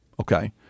Okay